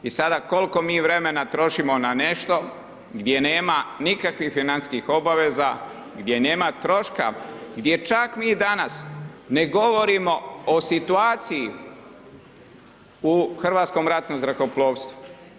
I sada koliko mi vremena trošimo na nešto, gdje nema nikakvih financijskih obaveza, gdje nema troška, gdje čak mi danas ne govorimo o situaciji u hrvatskom ratnom zrakoplovstvu.